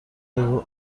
بگو